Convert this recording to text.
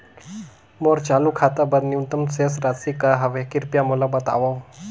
मोर चालू खाता बर न्यूनतम शेष राशि का हवे, कृपया मोला बतावव